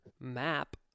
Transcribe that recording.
map